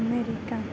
America